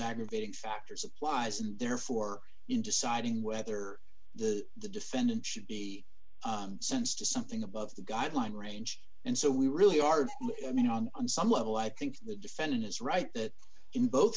aggravating factors applies and therefore in deciding whether the defendant should be sense to something above the guideline range and so we really are going on on some level i think the defendant is right that in both